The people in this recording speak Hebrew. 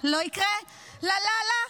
לא יקרה / לה לה לה,